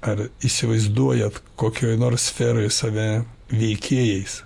ar įsivaizduojat kokioj nors sferoj save veikėjais